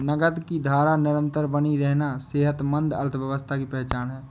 नकद की धारा निरंतर बनी रहना सेहतमंद अर्थव्यवस्था की पहचान है